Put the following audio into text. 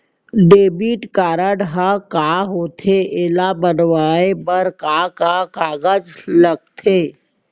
Debit card ह का होथे एला बनवाए बर का का कागज लगथे?